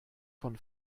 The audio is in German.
von